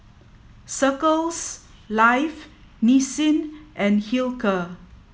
Circles Life Nissin and Hilker